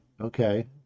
okay